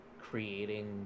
creating